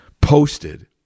posted